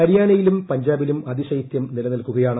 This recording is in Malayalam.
ഹരിയാനയിലും പഞ്ചാബിലും അതിശൈത്യം നിലനിൽക്കുകയാണ്